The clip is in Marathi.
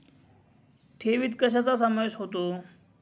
ठेवीत कशाचा समावेश होतो?